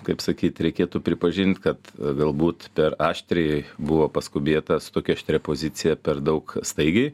kaip sakyt reikėtų pripažint kad galbūt per aštriai buvo paskubėta su tokia aštria pozicija per daug staigiai